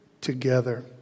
together